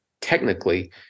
technically